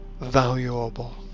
valuable